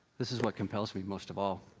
this is what compels me most of all.